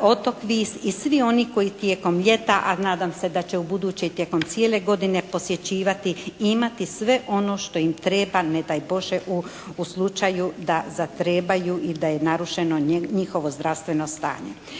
otok Vis i svi oni koji tijekom ljeta a nadam se da će buduće i tijekom cijele godine posjećivati i imati sve ono što im treba, ne daj Bože u slučaju da zatrebaju i da je narušeno njihovo zdravstveno stanje.